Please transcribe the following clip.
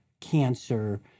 cancer